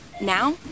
Now